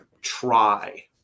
try